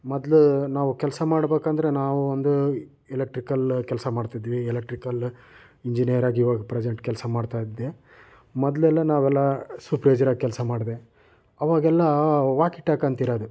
ಮೊದಲು ನಾವು ಕೆಲಸ ಮಾಡಬೇಕೆಂದ್ರೆ ನಾವು ಒಂದು ಎಲೆಕ್ಟ್ರಿಕಲ್ ಕೆಲಸ ಮಾಡ್ತಿದ್ವಿ ಎಲೆಕ್ಟ್ರಿಕಲ್ ಇಂಜಿನಿಯರಾಗಿ ಇವಾಗ ಪ್ರೆಸೆಂಟ್ ಕೆಲಸ ಮಾಡ್ತಾಯಿದ್ದೆ ಮೊದಲೆಲ್ಲ ನಾವೆಲ್ಲ ಸೂಪ್ರೈಸರಾಗಿ ಕೆಲಸ ಮಾಡಿದೆ ಅವಾಗೆಲ್ಲ ವಾಕಿ ಟಾಕ್ ಅಂತ ಇರೋದು